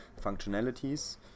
functionalities